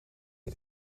het